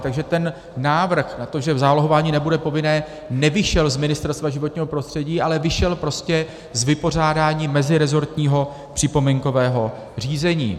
Takže ten návrh na to, že zálohování nebude povinné, nevyšel z Ministerstva životního prostředí, ale vyšel prostě z vypořádání meziresortního připomínkového řízení.